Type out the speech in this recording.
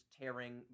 tearing